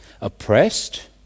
oppressed